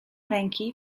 ręki